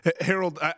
Harold